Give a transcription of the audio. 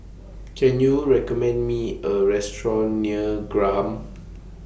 Can YOU recommend Me A Restaurant near Graham